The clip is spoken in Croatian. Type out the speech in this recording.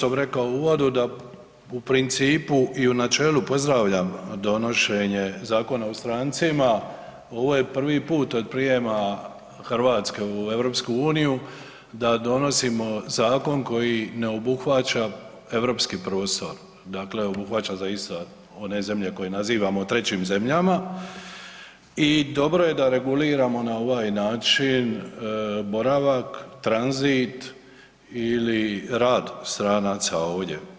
prvo što bi rekao u uvodu da u principu i u načelu pozdravljam donošenje Zakona o strancima, ovo je prvi put od prijema Hrvatske u EU da donosimo zakon koji ne obuhvaća europski prostor, dakle obuhvaća zaista one zemlje koje nazivamo trećim zemljama i dobro da je reguliramo na ovaj način boravak, tranzit ili rad stranaca ovdje.